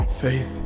Faith